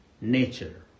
Nature